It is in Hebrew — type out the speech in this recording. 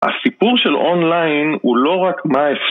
הסיפור של אונליין הוא לא רק מה אפשר